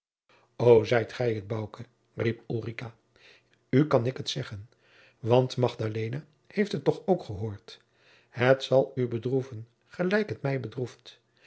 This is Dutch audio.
zijt gij het bouke riep ulrica u kan ik het zeggen want magdalena heeft het toch ook gehoord het zal u bedroeven gelijk het mij